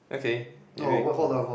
okay maybe you can